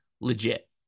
legit